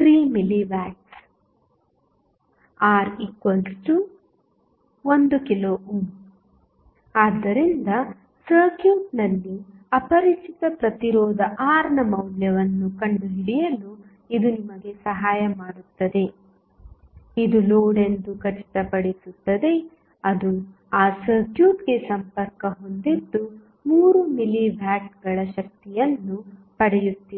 3mW RThR3VTh24Pmax44 3mW⇒R 1k ಆದ್ದರಿಂದ ಸರ್ಕ್ಯೂಟ್ನಲ್ಲಿ ಅಪರಿಚಿತ ಪ್ರತಿರೋಧ R ನ ಮೌಲ್ಯವನ್ನು ಕಂಡುಹಿಡಿಯಲು ಇದು ನಿಮಗೆ ಸಹಾಯ ಮಾಡುತ್ತದೆ ಇದು ಲೋಡ್ ಎಂದು ಖಚಿತಪಡಿಸುತ್ತದೆ ಅದು ಆ ಸರ್ಕ್ಯೂಟ್ಗೆ ಸಂಪರ್ಕ ಹೊಂದಿದ್ದು 3 ಮಿಲಿ ವ್ಯಾಟ್ಗಳ ಶಕ್ತಿಯನ್ನು ಪಡೆಯುತ್ತಿದೆ